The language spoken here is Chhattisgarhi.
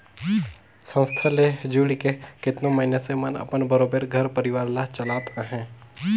संस्था ले जुइड़ के केतनो मइनसे मन अपन बरोबेर घर परिवार ल चलात अहें